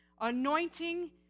anointing